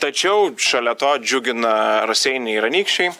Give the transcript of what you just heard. tačiau šalia to džiugina raseiniai ir anykščiai